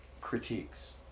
critiques